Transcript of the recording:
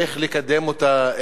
איך לקדם אותה,